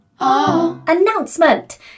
announcement